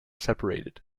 separated